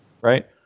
right